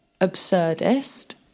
Absurdist